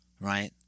right